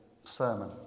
sermon